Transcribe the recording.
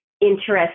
interesting